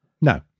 No